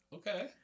okay